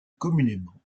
communément